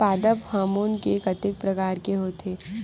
पादप हामोन के कतेक प्रकार के होथे?